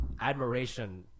admiration